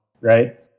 right